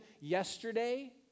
yesterday